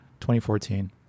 2014